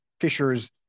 Fishers